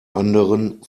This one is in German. anderen